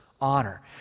honor